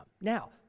now